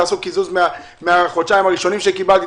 תעשו קיזוז מהחודשיים הראשונים שקיבלתי,